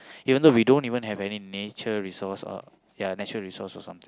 you don't know we don't even have any nature resource or ya nature resource or something